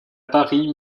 paris